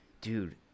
dude